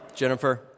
Jennifer